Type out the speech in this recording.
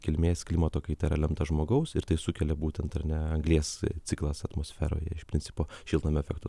kilmės klimato kaita yra lemta žmogaus ir tai sukelia būtent ar ne anglies ciklas atmosferoje iš principo šiltnamio efektą